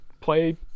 play